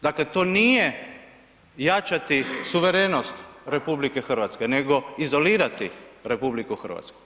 Dakle to nije jačati suverenost RH nego izolirati RH.